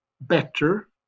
better